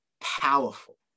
powerful